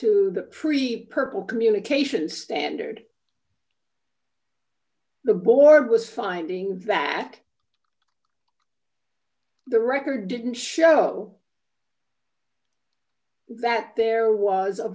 to the pre purchase communications standard the board was finding that the record didn't show that there was a